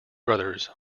brothers